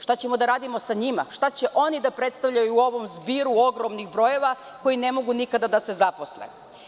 Šta ćemo da radimo sa njima, šta će oni da predstavljaju u ovom zbiru ogromnih brojeva, koji ne mogu da se nikada zaposle?